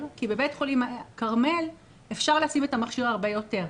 כי בבית חולים כרמל אפשר לשים את המכשיר הרבה יותר.